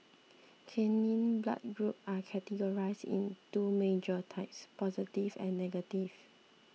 canine blood groups are categorised into two major types positive and negative